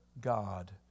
God